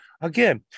again